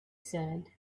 said